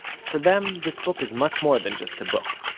for them, this book is much more than just a book.